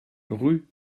rue